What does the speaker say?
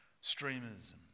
streamers